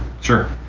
Sure